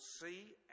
see